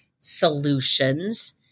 solutions